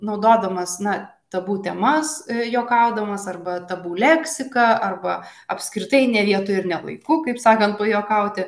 naudodamas ne tabu temas juokaudamas arba tabu leksiką arba apskritai ne vietoj ir ne laiku kaip sakant pajuokauti